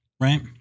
Right